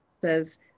says